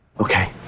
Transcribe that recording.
okay